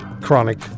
chronic